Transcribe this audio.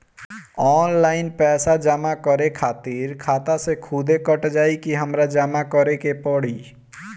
Online पैसा जमा करे खातिर खाता से खुदे कट जाई कि हमरा जमा करें के पड़ी?